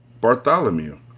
Bartholomew